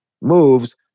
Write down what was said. moves